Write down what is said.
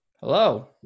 Hello